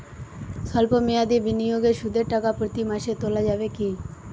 সল্প মেয়াদি বিনিয়োগে সুদের টাকা প্রতি মাসে তোলা যাবে কি?